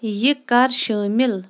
یِہ کر شٲمل